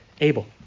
Abel